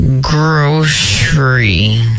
grocery